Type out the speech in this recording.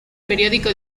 periódico